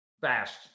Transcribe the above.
fast